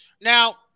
Now